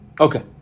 okay